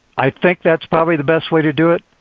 i think that is probably the best way to do it.